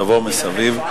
תודה רבה.